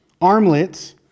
armlets